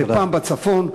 זה פעם בצפון,